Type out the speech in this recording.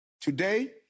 Today